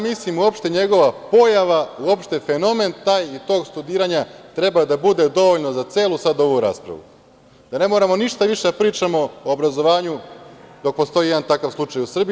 Mislim uopšte da njegova pojava, uopšte fenomen taj i tog studiranja treba da bude dovoljno za celu sada ovu raspravu, da ne moramo ništa više da pričamo o obrazovanju dok postoji jedan takav slučaj u Srbiji.